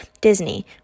Disney